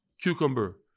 cucumber